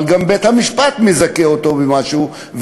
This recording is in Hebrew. אבל גם בית-המשפט מזכה אותו במשהו,